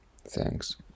Thanks